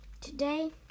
today